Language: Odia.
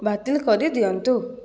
ବାତିଲ କରି ଦିଅନ୍ତୁ